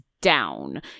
down